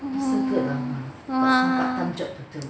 !wah!